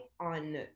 on